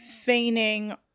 feigning